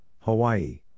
Hawaii